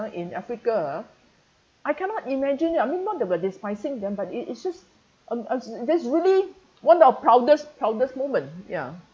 in africa ah I cannot imagine I mean not about despising them but it it's just uh uh that's really one of proudest proudest moment ya